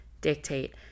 dictate